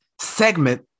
segment